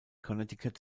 connecticut